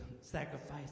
sacrifice